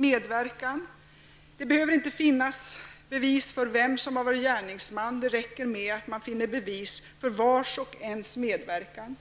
medverkan till brott. Det behöver inte finnas bevis för vem som har varit gärningsman. Det räcker med att man finner bevis för vars och ens medverkan.